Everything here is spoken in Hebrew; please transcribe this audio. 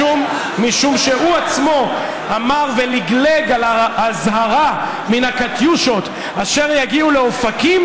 משום שהוא עצמו אמר ולגלג על האזהרה מן הקטיושות אשר יגיעו לאופקים